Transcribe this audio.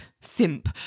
simp